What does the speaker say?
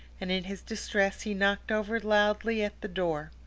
and in his distress he knocked over loudly at the door.